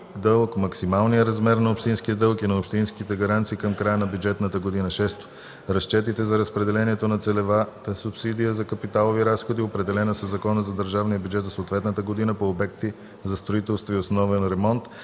максималния размер на общинския дълг и на общинските гаранции към края на бюджетната година; 6. разчетите за разпределението на целевата субсидия за капиталови разходи, определена със закона за държавния бюджет за съответната година, по обекти за строителство и основен ремонт,